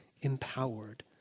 empowered